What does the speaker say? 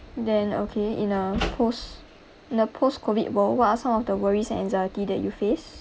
then okay in a post in a post-COVID world what are some of the worries and anxiety that you face